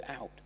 out